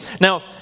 Now